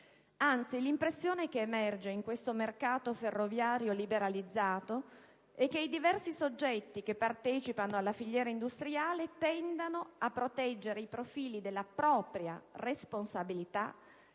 Anzi, l'impressione che emerge in questo mercato ferroviario liberalizzato è che i diversi soggetti che partecipano alla filiera industriale tendano a proteggere i profili della propria responsabilità,